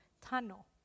tunnel